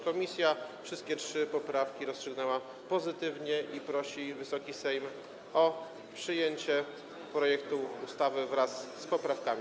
Komisja wszystkie trzy poprawki rozstrzygnęła pozytywnie i prosi Wysoki Sejm o przyjęcie projektu ustawy wraz z poprawkami.